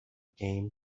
game